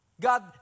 God